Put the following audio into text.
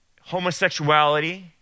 homosexuality